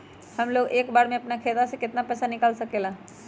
हमलोग एक बार में अपना खाता से केतना पैसा निकाल सकेला?